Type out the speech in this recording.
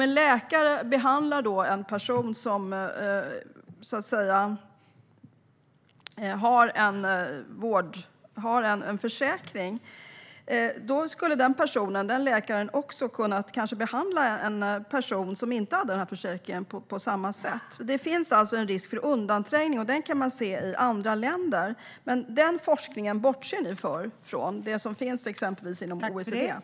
En läkare som behandlar en person som har en försäkring skulle kanske också ha kunnat behandla en person som inte har den försäkringen. Det finns alltså en risk för undanträngning. Den kan man se i andra länder, men den forskningen bortser ni ifrån. Jag tänker på det som finns exempelvis inom OECD.